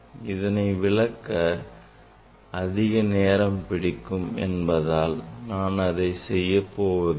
இதனை விளக்க அதிகம் நேரம் பிடிக்கும் என்பதால் நான் அதை செய்ய போவதில்லை